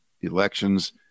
elections